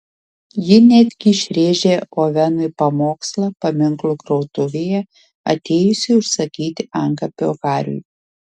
ji netgi išrėžė ovenui pamokslą paminklų krautuvėje atėjusi užsakyti antkapio hariui